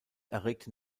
erregte